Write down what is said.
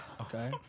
Okay